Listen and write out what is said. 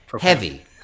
heavy